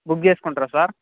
book చేసుకుంటారా sir